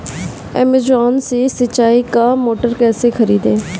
Amazon से सिंचाई का मोटर कैसे खरीदें?